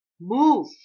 move